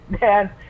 man